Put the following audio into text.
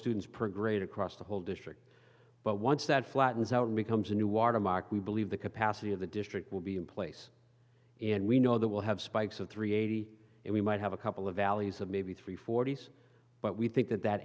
students per grade across the whole district but once that flattens out and becomes a new watermark we believe the capacity of the district will be in place and we know there will have spikes of three eighty and we might have a couple of valleys of maybe three four days but we think that that